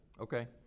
Okay